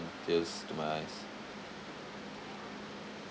tears to my eyes